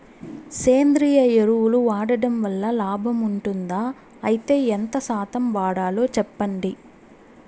సేంద్రియ ఎరువులు వాడడం వల్ల లాభం ఉంటుందా? అయితే ఎంత శాతం వాడాలో చెప్పండి?